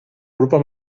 grupo